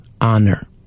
honor